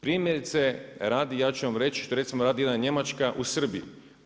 Primjerice radi, ja ću vam reći što recimo radi jedna Njemačka u Srbiji.